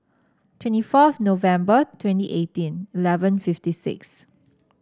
twenty fourth November twenty eighteen eleven fifty six